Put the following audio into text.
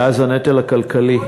ואז הנטל הכלכלי, הוא